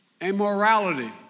immorality